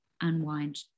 unwind